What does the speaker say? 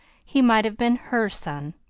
he might have been her son.